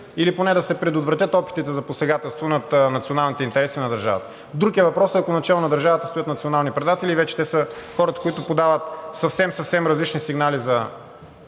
или поне да се предотвратят опитите за посегателство над националните интереси на държавата. Друг е въпросът, ако начело на държавата стоят национални предатели и вече те са хората, които подават съвсем различни сигнали за